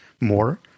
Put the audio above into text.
more